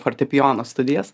fortepijono studijas